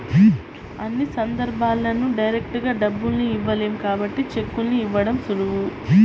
అన్ని సందర్భాల్లోనూ డైరెక్టుగా డబ్బుల్ని ఇవ్వలేం కాబట్టి చెక్కుల్ని ఇవ్వడం సులువు